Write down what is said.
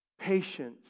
patience